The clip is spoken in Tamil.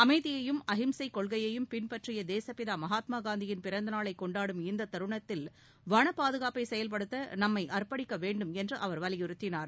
அமைதியையும் அகிம்சை கொள்கையையும் பின்பற்றிய தேசப்பிதா மகாத்மா காந்தியின் பிறந்த நாளைக் கொண்டாடும் இந்த தருணத்தில் வன பாதுகாப்பை செயல்படுத்த நம்மை அர்ப்பணிக்க வேண்டும் என்று அவர் வலியுறுத்தினார்